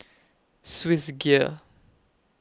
Swissgear